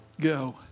go